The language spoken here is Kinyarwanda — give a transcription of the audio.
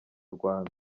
rwanda